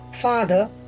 Father